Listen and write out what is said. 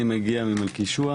אני מגיע ממלכישוע,